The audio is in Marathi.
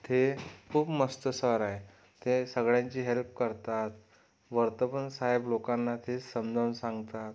ते खूप मस्त सर आहे ते सगळ्यांची हेल्प करतात वर्तपण साहेब लोकांना ते समजाऊन सांगतात